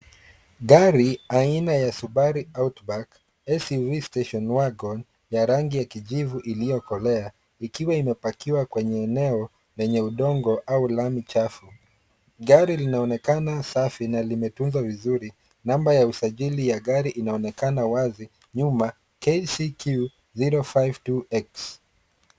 Gari aina ya Subaru Outback SUV station Wagon ya rangi ya kijivu iliyokolea ikiwa imepakiwa kwenye eneo lenye udongo au lami chafu. Gari linaonekana safi na limetunzwa vizuri, namba ya usajili wa gari inaonekana wazi nyuma KCQ 052X